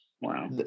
wow